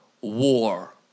war